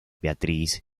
beatriz